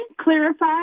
clarify